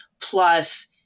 Plus